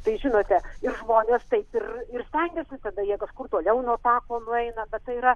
tai žinote ir žmonės taip ir ir stengiasi tada jie kažkur toliau nuo tako nueina bet tai yra